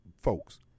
folks